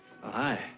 hi